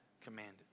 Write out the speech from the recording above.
commanded